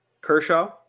Kershaw